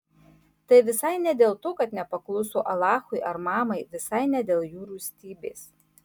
tai visai ne dėl to kad nepakluso alachui ar mamai visai ne dėl jų rūstybės